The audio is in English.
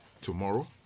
tomorrow